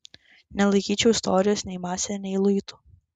nelaikyčiau istorijos nei mase nei luitu